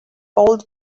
old